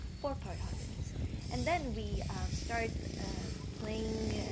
four part harmonies and then we start ah playing